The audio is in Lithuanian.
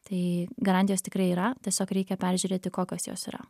tai garantijos tikrai yra tiesiog reikia peržiūrėti kokios jos yra